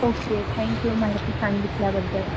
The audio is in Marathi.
ओके थँक्यू माहिती सांगितल्याबद्दल